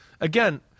Again